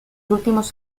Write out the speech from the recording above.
últimos